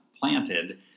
planted